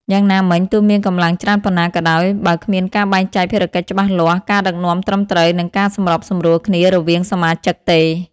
យ៉ាងណាមិញ ទោះមានកម្លាំងច្រើនប៉ុណ្ណាក៏ដោយ បើគ្មានការបែងចែកភារកិច្ចច្បាស់លាស់ ការដឹកនាំត្រឹមត្រូវ និងការសម្របសម្រួលគ្នារវាងសមាជិកទេ។